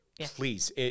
Please